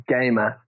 gamer